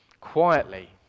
quietly